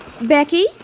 Becky